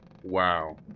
Wow